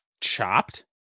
chopped